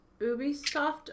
Ubisoft